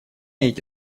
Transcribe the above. эти